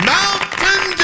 Mountain